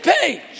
page